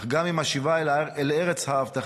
אך גם עם השיבה אל ארץ ההבטחה,